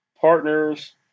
partners